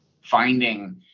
finding